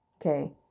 Okay